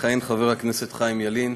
יכהן חבר הכנסת חיים ילין.